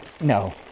No